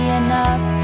enough